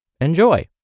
enjoy